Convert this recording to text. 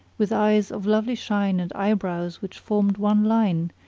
with eyes of lovely shine and eyebrows which formed one line,